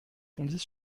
fondit